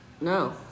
No